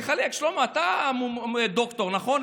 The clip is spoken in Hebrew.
תחלק, שלמה, אתה דוקטור, נכון?